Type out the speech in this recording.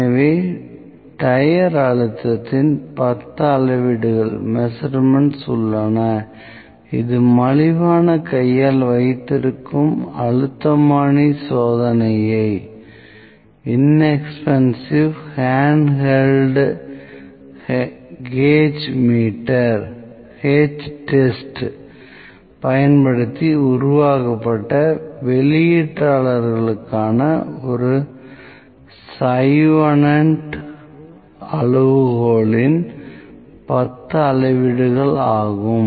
எனவே டயர் அழுத்தத்தின் 10 அளவீடுகள் உள்ளனஇது மலிவான கையால் வைத்திருக்கும் அழுத்தமானி சோதனையைப் பயன்படுத்தி உருவாக்கப்பட்ட வெளியீட்டாளர்க்கான ஒரு சயூவெனெட் அளவுகோலின் Chauvenet's criterion 10 அளவீடுகள் ஆகும்